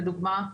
לדוגמה,